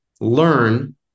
learn